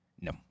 No